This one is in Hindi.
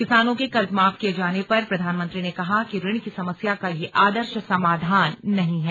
किसानों के कर्ज माफ किए जाने पर प्रधानमंत्री ने कहा कि ऋण की समस्या का यह आदर्श समाधान नहीं है